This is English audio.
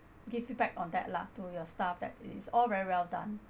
give feedback on that lah to your staff that is all very well done